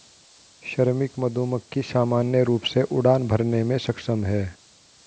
श्रमिक मधुमक्खी सामान्य रूप से उड़ान भरने में सक्षम हैं